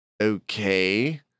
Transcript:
Okay